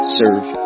serve